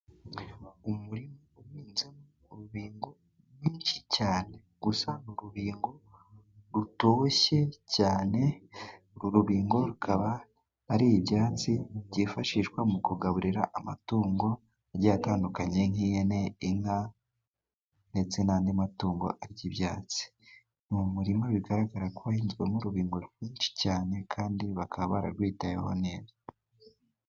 Umurima uhinzemo urubingo rwinshi cyane gusa ni urubingo rutoshye cyane uru rubingo rukaba ari ibyatsi byifashishwa mu kugaburira amatungo agiye atandukanye nk'ihene, inka ndetse n'andi matungo arya ibyatsi. Ni umurima bigaragara ko bahinzwemo urubingo rwinshi cyane kandi bakaba bararwitayeho neza.